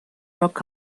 rock